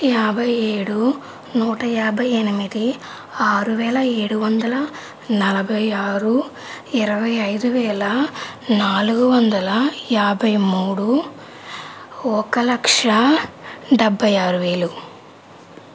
యాభై ఏడు నూట యాభై ఎనిమిది ఆరు వేల ఏడు వందల నలభై ఆరు ఇరవై ఐదు వేల నాలుగు వందల యాభై మూడు ఒక లక్ష డెబ్భై ఆరు వేలు